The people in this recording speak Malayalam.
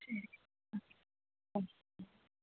ഉം ആ ആ